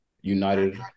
United